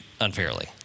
unfairly